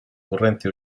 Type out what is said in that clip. correnti